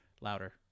louder